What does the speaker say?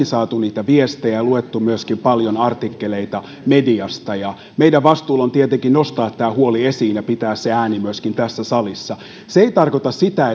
saaneet niitä viestejä ja lukeneet myöskin paljon artikkeleita mediasta ja meidän vastuullamme on tietenkin nostaa tämä huoli esiin ja pitää siitä ääntä myöskin tässä salissa se ei tarkoita sitä